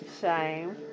Shame